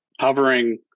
hovering